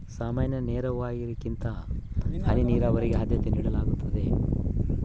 ಸಾಮಾನ್ಯ ನೇರಾವರಿಗಿಂತ ಹನಿ ನೇರಾವರಿಗೆ ಆದ್ಯತೆ ನೇಡಲಾಗ್ತದ